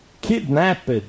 kidnapped